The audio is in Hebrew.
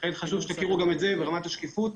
לכן חשוב שתכירו גם את זה ברמת השקיפות.